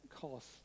cost